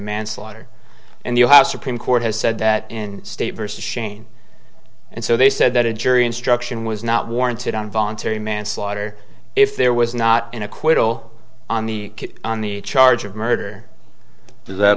manslaughter and you have supreme court has said that in state versus shane and so they said that a jury instruction was not warranted on involuntary manslaughter if there was not an acquittal on the on the charge of murder that